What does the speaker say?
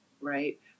right